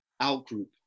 out-group